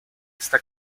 está